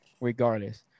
regardless